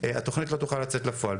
התוכנית לא תוכל לצאת לפועל,